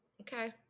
Okay